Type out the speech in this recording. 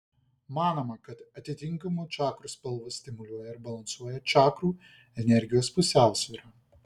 manoma kad atitinkamų čakrų spalvos stimuliuoja ir balansuoja čakrų energijos pusiausvyrą